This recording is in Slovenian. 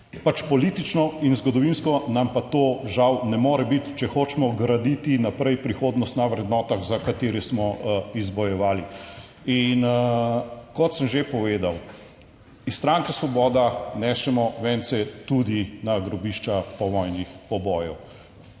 pač politično in zgodovinsko, nam pa to žal ne more biti, če hočemo graditi naprej prihodnost na vrednotah za katere smo izbojevali. In kot sem že povedal, iz stranke Svoboda nesemo vence tudi na grobišča povojnih pobojev.